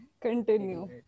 Continue